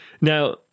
Now